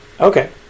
Okay